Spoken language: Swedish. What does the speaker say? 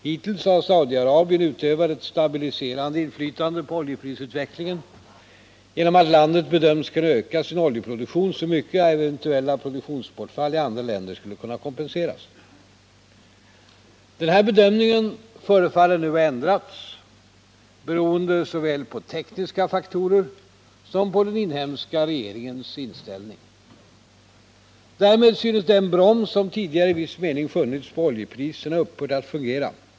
Hittills har Saudi-Arabien utövat ett stabiliserande inflytande på oljeprisutvecklingen genom att landet bedömts kunna öka sin oljeproduktion så mycket att eventuella produktionsbortfall i andra länder skulle kunna kompenseras. Den bedömningen förefaller nu ha ändrats, beroende såväl på tekniska faktorer som på den inhemska regeringens inställning. Därmed synes den broms som tidigare i viss mån funnits på oljepriserna upphört att fungera.